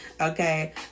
okay